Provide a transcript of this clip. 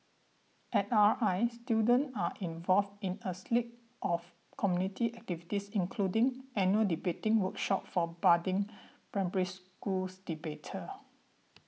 at R I students are involved in a slew of community activities including annual debating workshops for budding Primary Schools debaters